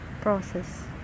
process